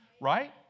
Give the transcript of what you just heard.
right